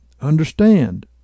Understand